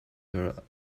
her